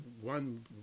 One